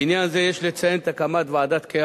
בעניין זה יש לציין את הקמת ועדת-קהת,